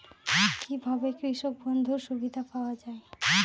কি ভাবে কৃষক বন্ধুর সুবিধা পাওয়া য়ায়?